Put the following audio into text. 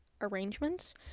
arrangements